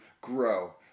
grow